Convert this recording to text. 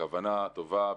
הכוונה טובה.